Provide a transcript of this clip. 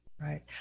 right